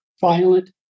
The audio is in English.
violent